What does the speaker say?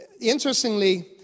interestingly